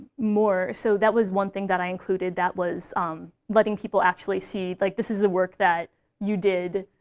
more. so that was one thing that i included, that was letting people actually see, like, this is the work that you did.